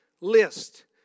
list